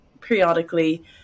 periodically